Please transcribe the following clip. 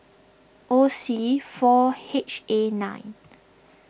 O C four H A nine